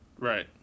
Right